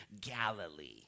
Galilee